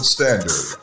Standard